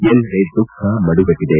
ಎಲ್ಲೆಡೆ ದುಃಖ ಮಡುಗಟ್ಟದೆ